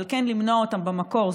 אבל כן למנוע אותן במקור,